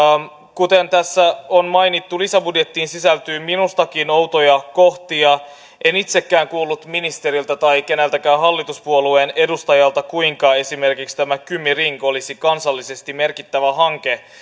kuten tässä on mainittu lisäbudjettiin sisältyy minustakin outoja kohtia en itsekään kuullut ministeriltä tai keneltäkään hallituspuolueen edustajalta kuinka esimerkiksi tämä kymi ring olisi kansallisesti merkittävä hanke